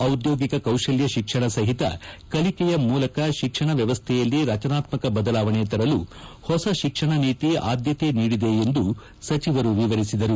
ಔದ್ಯೋಗಿಕ ಕೌಶಲ್ತ ಶಿಕ್ಷಣ ಸಹಿತ ಕಲಿಕೆಯ ಮೂಲಕ ಶಿಕ್ಷಣ ವ್ಯವಸ್ಥೆಯಲ್ಲಿ ರಚನಾತ್ಮಕ ಬದಲಾವಣೆ ತರಲು ಹೊಸ ಶಿಕ್ಷಣ ನೀತಿ ಆದ್ಯತೆಯ ನೀಡಿದೆ ಎಂದು ಸಚಿವರು ವಿವರಿಸಿದರು